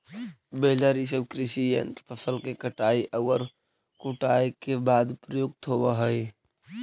baler इ सब कृषि यन्त्र फसल के कटाई औउर कुटाई के बाद प्रयुक्त होवऽ हई